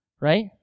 Right